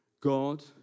God